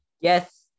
Yes